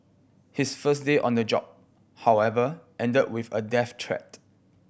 his first day on the job however ended with a death threat